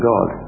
God